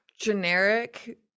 generic